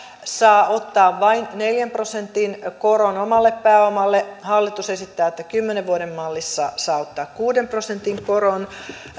saa ottaa vain neljän prosentin koron omalle pääomalle hallitus esittää että kymmenen vuoden mallissa saa ottaa kuuden prosentin koron